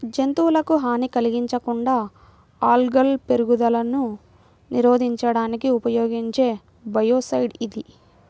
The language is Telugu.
జంతువులకు హాని కలిగించకుండా ఆల్గల్ పెరుగుదలను నిరోధించడానికి ఉపయోగించే బయోసైడ్ ఇది